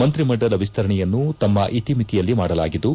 ಮಂತ್ರಿಮಂಡಲ ವಿಸ್ತರಣೆಯನ್ನು ತಮ್ಮ ಇತಿಮಿತಿಯಲ್ಲಿ ಮಾಡಲಾಗಿದ್ದು